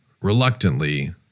reluctantly